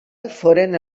foren